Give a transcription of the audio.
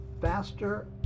faster